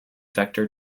vector